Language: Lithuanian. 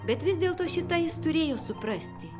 bet vis dėlto šį tą jis turėjo suprasti